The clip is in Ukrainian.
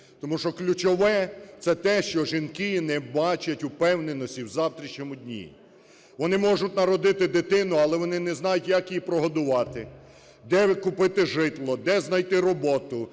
тому що ключове – це те, що жінки не бачать упевненості в завтрашньому дні. Вони можуть народити дитину, але вони не знають, як її прогодувати, де купити житло, де знайти роботу.